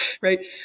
Right